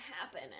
happen